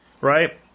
right